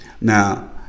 Now